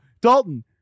Dalton